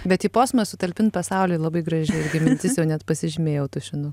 bet į posmą sutalpint pasaulį labai graži irgi mintis jau net pasižymėjau tušinuku